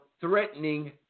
threatening